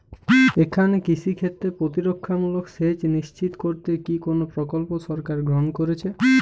এখানে কৃষিক্ষেত্রে প্রতিরক্ষামূলক সেচ নিশ্চিত করতে কি কোনো প্রকল্প সরকার গ্রহন করেছে?